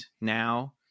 now